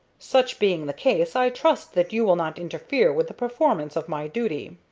such being the case, i trust that you will not interfere with the performance of my duty.